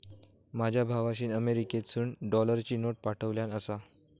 माझ्या भावाशीन अमेरिकेतसून डॉलरची नोट पाठवल्यान आसा